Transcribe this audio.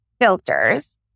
filters